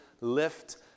lift